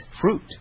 fruit